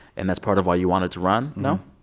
and that's part of why you wanted to run, no?